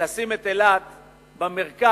לשים את אילת במרכז,